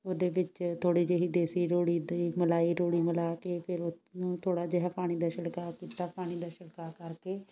ਉਸ ਦੇ ਵਿੱਚ ਥੋੜ੍ਹੀ ਜਿਹੀ ਦੇਸੀ ਰੂੜੀ ਦੇ ਮਲਾਈ ਰੂੜੀ ਮਿਲਾ ਕੇ ਫਿਰ ਉਹਨੂੰ ਥੋੜ੍ਹਾ ਜਿਹਾ ਪਾਣੀ ਦਾ ਛਿੜਕਾਅ ਕੀਤਾ ਪਾਣੀ ਦਾ ਛਿਲਕਾਅ ਕਰਕੇ